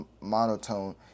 monotone